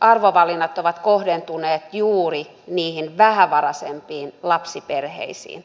arvovalinnat ovat kohdentuneet juuri niihin vähävaraisempiin lapsiperheisiin